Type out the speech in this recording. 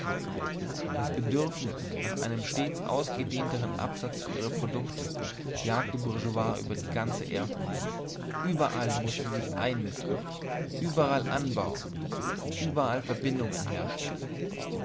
das bedürfnis nach einem stets ausgedehnteren absatz für ihre produkte jagt die bourgeoisie über die ganze erdkugel überall muß sie sich einnisten überall anbauen überall verbindungen herstellen